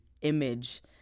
image